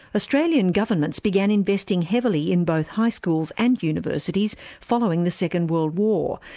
australian governments began investing heavily in both high schools and universities following the second world war,